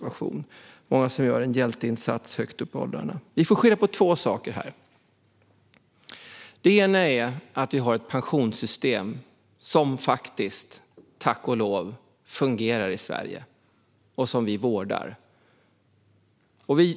Det är många som gör en hjälteinsats högt upp i åldrarna. Vi får skylla på två saker. Det ena är att vi i Sverige har ett pensionssystem som faktiskt, tack och lov, fungerar och som vi vårdar.